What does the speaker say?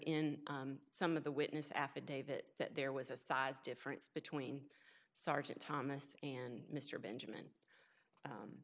in some of the witness affidavit that there was a size difference between sergeant thomas and mr benjamin